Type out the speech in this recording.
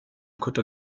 kutter